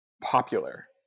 popular